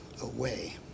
away